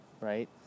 right